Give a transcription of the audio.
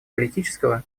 политического